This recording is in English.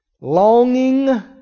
Longing